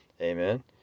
Amen